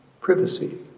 privacy